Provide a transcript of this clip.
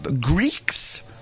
Greeks